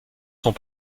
sont